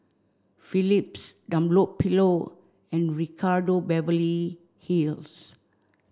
Phillips Dunlopillo and Ricardo Beverly Hills